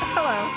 Hello